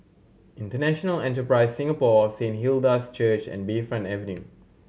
International Enterprise Singapore Saint Hilda's Church and Bayfront Avenue